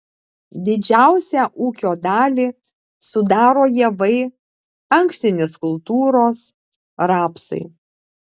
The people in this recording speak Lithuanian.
didžiausią ūkio dalį sudaro javai ankštinės kultūros rapsai